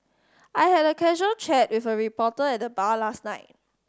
I had a casual chat with a reporter at the bar last night